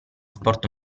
sport